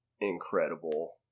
incredible